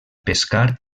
pescar